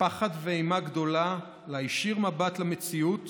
פחד ואימה גדולה להישיר מבט למציאות